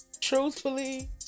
Truthfully